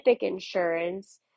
insurance